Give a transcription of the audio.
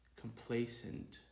complacent